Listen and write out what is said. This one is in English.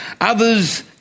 Others